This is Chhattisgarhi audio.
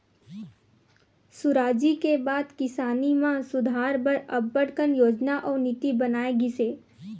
सुराजी के बाद किसानी म सुधार बर अब्बड़ कन योजना अउ नीति बनाए गिस हे